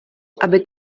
aby